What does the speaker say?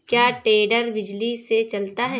क्या टेडर बिजली से चलता है?